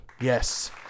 yes